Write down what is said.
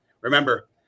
Remember